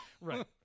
Right